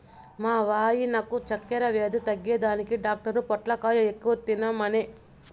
మా వాయినకు చక్కెర వ్యాధి తగ్గేదానికి డాక్టర్ పొట్లకాయ ఎక్కువ తినమనె